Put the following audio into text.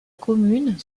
commune